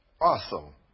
awesome